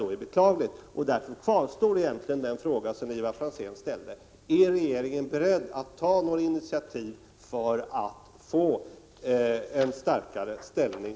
11 december 1987 Därför kvarstår egentligen den fråga som Ivar Franzén ställde: Är doo d a regeringen beredd att ta några initiativ för att ge biobränslena en starkare ställning?